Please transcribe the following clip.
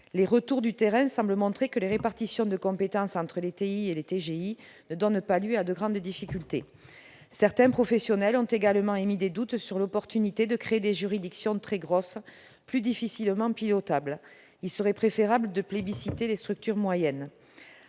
Les retours du terrain semblent montrer que les répartitions de compétences entre les tribunaux d'instance et les tribunaux de grande instance ne donnent pas lieu à de grandes difficultés. Certains professionnels ont également émis des doutes sur l'opportunité de créer des juridictions de très grande taille, plus difficilement pilotables. Il serait préférable de privilégier les structures moyennes.